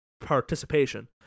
participation